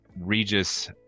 Regis